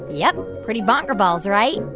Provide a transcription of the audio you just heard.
yep. pretty bonkerballs, right?